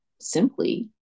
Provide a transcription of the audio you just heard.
simply